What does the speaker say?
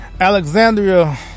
Alexandria